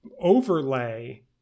overlay